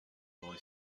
boy